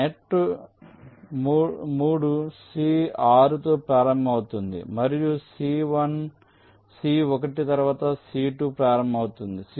net 3 C6 తో ప్రారంభమవుతుంది మరియు C1 తరువాత C2 ప్రారంభమవుతుంది